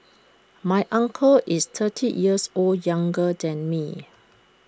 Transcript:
my uncle is thirty years or younger than me